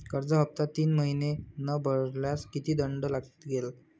कर्ज हफ्ता तीन महिने न भरल्यास किती दंड लागेल?